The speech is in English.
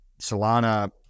Solana